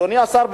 אדוני השר,